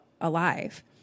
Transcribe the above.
alive